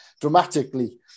dramatically